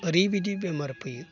ओरैबायदि बेमार फैयो